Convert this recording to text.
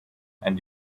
and